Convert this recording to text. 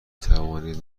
توانید